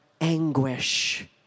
anguish